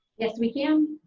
yes we can.